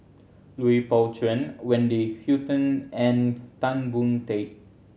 Lui Pao Chuen Wendy Hutton and Tan Boon Teik